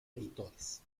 editores